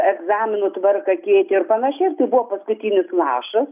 egzaminų tvarką keitė ir panašiai ir tai buvo paskutinis lašas